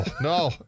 No